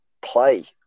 play